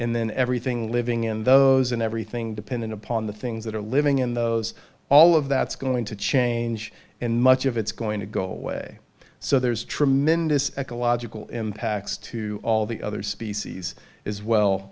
and then everything living in those and everything dependent upon the things that are living in those all of that's going to change and much of it's going to go away so there's tremendous ecological impacts to all the other species as well